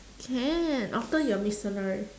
can after your mitsunari